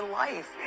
life